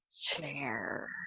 chair